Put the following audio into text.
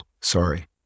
sorry